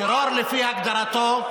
טרור, לפי הגדרתו,